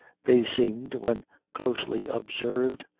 they seemed, when closely observed,